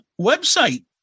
website